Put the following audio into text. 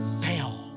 fail